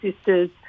sisters